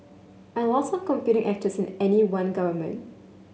and lots of competing actors in any one government